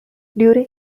during